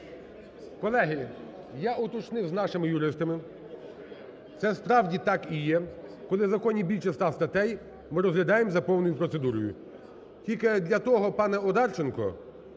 Колеги, я уточнив з нашими юристами, це справді так і є, коли в законі більше 100 статей, ми розглядаємо за повною процедурою. Тільки для того, пане Одарченко,